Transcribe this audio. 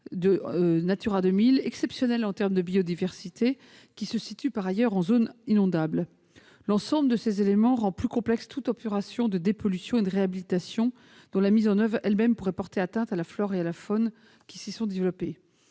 site Natura 2000 exceptionnel, notamment en termes de biodiversité, qui se situe par ailleurs en zone inondable. L'ensemble de ces éléments rend plus complexe toute opération de dépollution et de réhabilitation, dont la mise en oeuvre elle-même pourrait porter atteinte à la flore et la faune qui s'y sont développées.